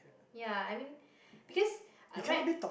ya I mean because uh right